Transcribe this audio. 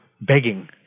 begging